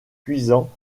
cuisant